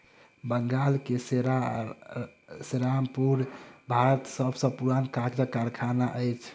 बंगाल के सेरामपुर भारतक सब सॅ पुरान कागजक कारखाना अछि